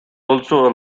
also